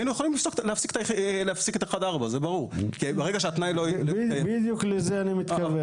היינו יכולים להפסיק את 4-1. בדיוק לזה אני מתכוון.